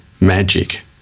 magic